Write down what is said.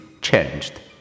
changed